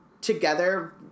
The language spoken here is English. together